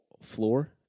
floor